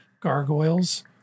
gargoyles